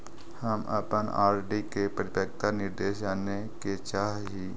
हम अपन आर.डी के परिपक्वता निर्देश जाने के चाह ही